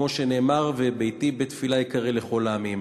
כמו שנאמר: "וביתי בית תפלה יקרא לכל העמים".